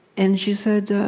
and she said,